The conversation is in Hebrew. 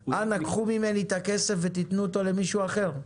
אנא, קחו ממני את הכסף ותנו אותו למישהו אחר?